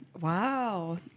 wow